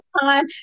time